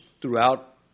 throughout